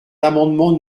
l’amendement